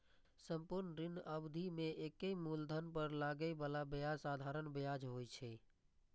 संपूर्ण ऋण अवधि मे एके मूलधन पर लागै बला ब्याज साधारण ब्याज होइ छै